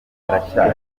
haracyari